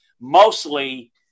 Mostly